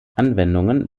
anwendungen